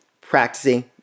Practicing